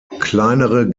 kleinere